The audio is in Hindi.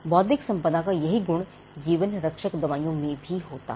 बौद्धिक संपदा का यही गुण जीवन रक्षक दवाइयों में भी होता है